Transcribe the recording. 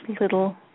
little